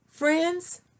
Friends